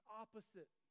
opposite